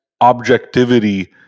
objectivity